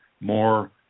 more